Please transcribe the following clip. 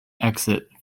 exit